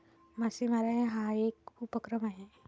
मासेमारी हा एक उपक्रम आहे